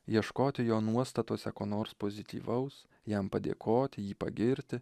ieškoti jo nuostatuose ko nors pozityvaus jam padėkoti jį pagirti